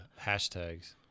hashtags